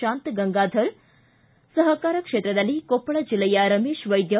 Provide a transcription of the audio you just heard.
ಶಾಂತಗಂಗಾಧರ್ ಸಹಕಾರ ಕ್ಷೇತ್ರದಲ್ಲಿ ಕೊಪ್ಪಳ ಜಿಲ್ಲೆಯ ರಮೇಶ್ ವೈದ್ಯ